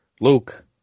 Luke